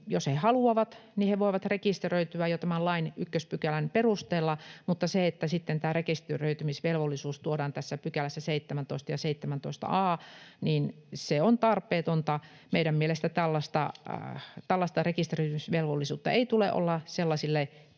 haluavat, niin he voivat rekisteröityä jo tämän lain ykköspykälän perusteella, mutta se, että sitten tämä rekisteröitymisvelvollisuus tuodaan tässä 17 ja 17 a §:ssä, on tarpeetonta. Meidän mielestämme tällaista rekisteröitymisvelvollisuutta ei tule olla sellaisille